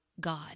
God